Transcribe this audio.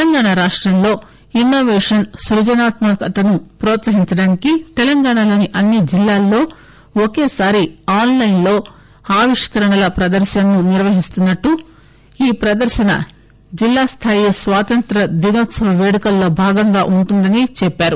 తెలంగాణ రాష్టంలో innovation సృజనాత్మకతను ప్రోత్సహించడానికి తెలంగాణలోని అన్ని జిల్లాలలో ఒకేసారి ఆన్లెన్ లో ఆవిష్కురణల ప్రదర్శనను నిర్వహిస్తున్నాయని ఈ ప్రదర్శన జిల్లా స్దాయి స్వాతంత్రదినోత్పవ పేడుకల్లో భాగంగా ఉంటుందని చెప్పారు